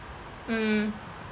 mm